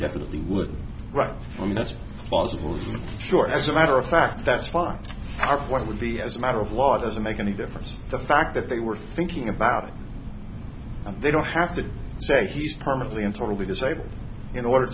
definitely would right for me that's a plausible short as a matter of fact that's why our what would be as a matter of law doesn't make any difference the fact that they were thinking about it and they don't have to say he's permanently and totally disabled in order